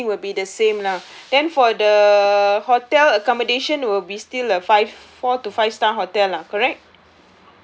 everything will be the same lah then for the hotel accommodation will be still a five four to five star hotel lah correct